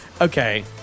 okay